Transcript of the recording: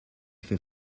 fait